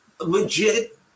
legit